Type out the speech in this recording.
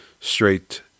straight